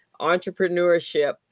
entrepreneurship